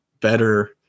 better